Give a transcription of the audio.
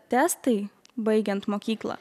testai baigiant mokyklą